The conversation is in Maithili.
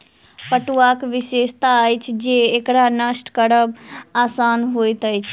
पटुआक विशेषता अछि जे एकरा नष्ट करब आसान होइत अछि